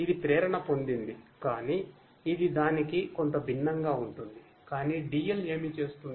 ఇది ప్రేరణ పొందింది కానీ ఇధి దానికి కొంత భిన్నంగా ఉంటుంది కానీ DL ఏమి చేస్తుంది